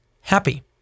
happy